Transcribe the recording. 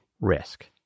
risk